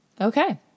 Okay